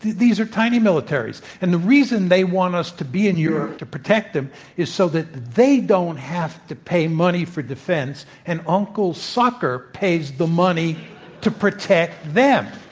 these are tiny militaries, and the reason they want us to be in europe to protect them is so that they don't have to pay money for defense, and uncle sucker pays the money to protect them.